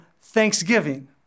thanksgiving